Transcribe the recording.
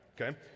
Okay